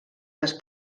les